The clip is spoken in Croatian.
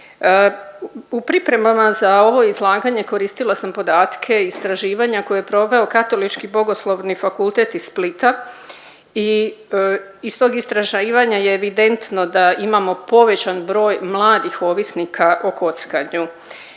U pripremama za ovo izlaganje koristila sam podatke istraživanja koje je proveo Katolički bogoslovni fakultet iz Splita i iz tog istraživanja je evidentno da imamo povećan broj mladih ovisnika o kockanju.